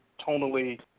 tonally